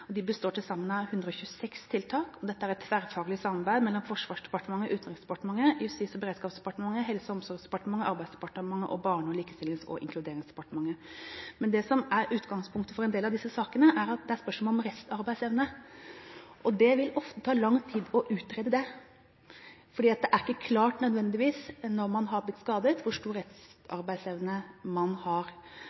består av til sammen 126 tiltak og er et tverrfaglig samarbeid mellom Forsvarsdepartementet, Utenriksdepartementet, Justis- og beredskapsdepartementet, Helse- og omsorgsdepartementet, Arbeidsdepartementet og Barne-, likestillings- og inkluderingsdepartementet. Det som er utgangspunktet for en del av disse sakene, er at det er spørsmål om restarbeidsevne. Det vil ofte ta lang tid å utrede det, fordi det ikke nødvendigvis er klart når man har blitt skadet hvor stor restarbeidsevne man har.